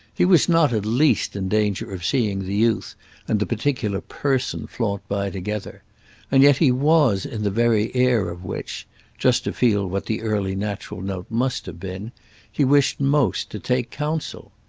he was not at least in danger of seeing the youth and the particular person flaunt by together and yet he was in the very air of which just to feel what the early natural note must have been he wished most to take counsel.